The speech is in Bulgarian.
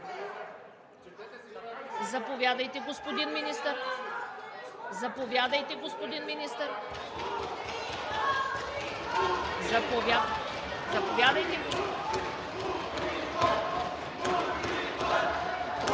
Заповядайте, господин Министър!